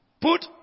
Put